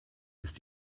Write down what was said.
ist